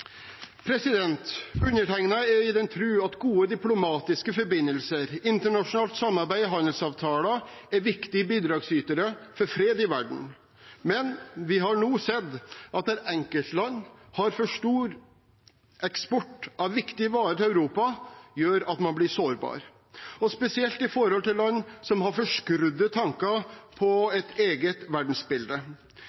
er i den tro at gode diplomatiske forbindelser, internasjonalt samarbeid og handelsavtaler er viktige bidragsytere for fred i verden, men vi har nå sett at det at enkelte land har for stor eksport av viktige varer til Europa, gjør at man blir sårbar – spesielt i forhold til land som har forskrudde tanker